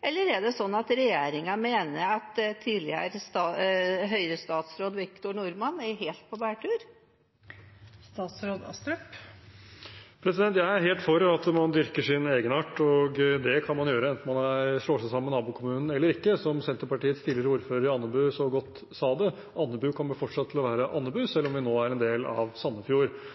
Eller er det sånn at regjeringen mener at tidligere Høyre-statsråd Victor Norman er helt på bærtur? Jeg er helt for at man dyrker sin egenart, og det kan man gjøre enten man slår seg sammen med nabokommunen eller ikke. Som Senterpartiets tidligere ordfører i Andebu så godt sa det: Andebu kommer fortsatt til å være Andebu, selv om vi nå er en del av Sandefjord.